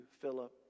Philip